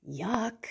yuck